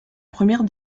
première